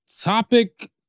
Topic